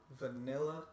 vanilla